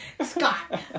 Scott